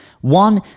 One